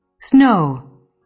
snow